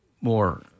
more